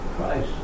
Christ